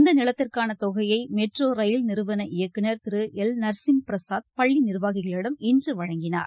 இந்த நிலத்திற்கான தொகையை மெட்ரோ ரயில் நிறுவன இயக்குநர் திரு எல் நர்சிம் பிரசாத் பள்ளி நிர்வாகிகளிடம் இன்று வழங்கினார்